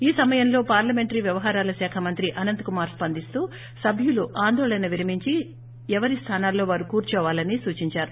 ఈ సమయంలో పార్లమెంటరీ వ్యవహారాల శాఖ మంత్రి అనంత్కుమార్ స్పందిస్తూ సభ్యులు ఆందోళన విరమించి ఎవరి స్థానాల్లో వారు కూర్చోవాలని సూచిందారు